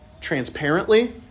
transparently